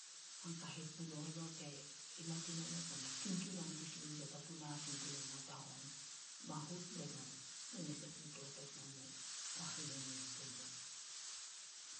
﻿An kahet pu nouh eno tse natsinon as, no mas kinkinan o kusi ni ya papu na sin puna natahon. Mahut be mu mes e kui totot nomu a henene pumu.